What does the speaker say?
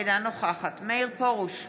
אינה נוכחת מאיר פרוש,